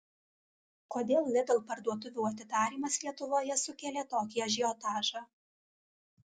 kodėl lidl parduotuvių atidarymas lietuvoje sukėlė tokį ažiotažą